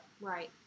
Right